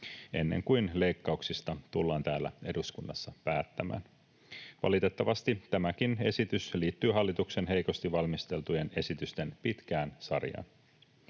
ennen kuin leikkauksista tullaan täällä eduskunnassa päättämään. Valitettavasti tämäkin esitys liittyy hallituksen heikosti valmisteltujen esitysten pitkään sarjaan.